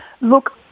Look